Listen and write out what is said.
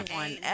one